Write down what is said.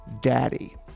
daddy